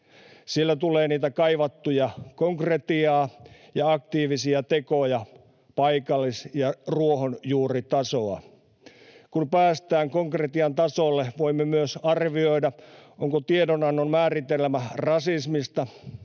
Siellä tulee sitä kaivattua konkretiaa ja aktiivisia tekoja, paikallis- ja ruohonjuuritasoa. Kun päästään konkretian tasolle, voimme myös arvioida, onko tiedonannon määritelmä rasismista